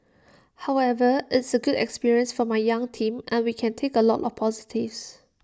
however it's A good experience for my young team and we can take A lot of positives